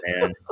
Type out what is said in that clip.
man